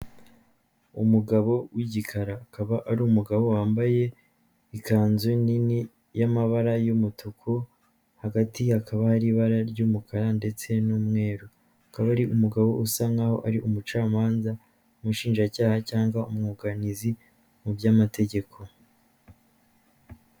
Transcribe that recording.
Umugabo w'igikara akaba ari umugabo wambaye ikanzu nini y'amabara y'umutuku, hagati hakaba hari ibara ry'umukara ndetse n'umweru, akaba ari umugabo usa nkaho ari umucamanza, umushinjacyaha cyangwa umwunganizi mu by'amategeko.